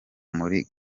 muri